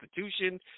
Constitution